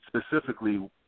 specifically